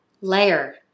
layer